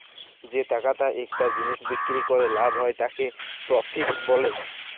যে টাকাটা একটা জিলিস বিক্রি ক্যরে লাভ হ্যয় তাকে প্রফিট ব্যলে